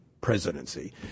presidency